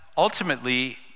Ultimately